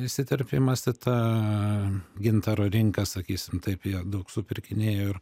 įsiterpimas į tą gintaro rinką sakysim taip jie daug supirkinėjo ir